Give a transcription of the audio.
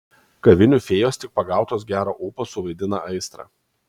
kavinių fėjos tik pagautos gero ūpo suvaidina aistrą